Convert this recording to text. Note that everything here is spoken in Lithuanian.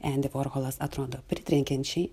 endi vorholas atrodo pritrenkiančiai